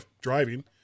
driving